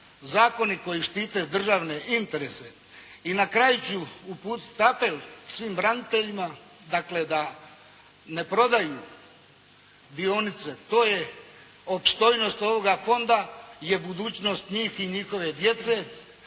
zakoni koji štite državne interese. I na kraju ću uputiti apel svim braniteljima dakle da ne prodaju dionice. To je opstojnost ovoga Fonda je budućnost njih i njihove djece.